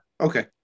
Okay